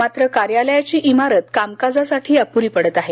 मात्र कार्यालयाची इमारत कामकाजासाठी अपुरी पडत आहे